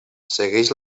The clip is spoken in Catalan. segueix